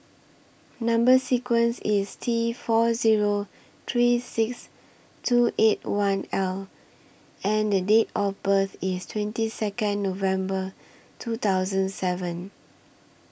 Number sequence IS T four Zero three six two eight one L and The Date of birth IS twenty Second November two thousand seven